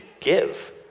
give